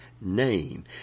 name